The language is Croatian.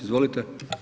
Izvolite.